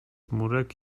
murek